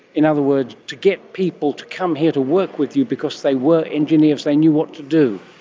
in other words, to get people to come here to work with you because they were engineers, they knew what to do?